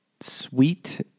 sweet